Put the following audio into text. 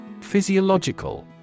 Physiological